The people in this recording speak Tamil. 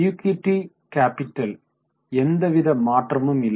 ஈகுய்ட்டி கேப்பிடலில் எந்தவித மாற்றமும் இல்லை